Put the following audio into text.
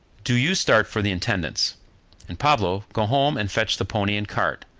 do you start for the intendant's and, pablo, go home and fetch the pony and cart,